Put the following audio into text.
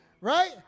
Right